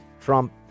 Trump